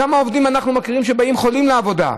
כמה עובדים אנחנו מכירים שבאים חולים לעבודה?